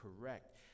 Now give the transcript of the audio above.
correct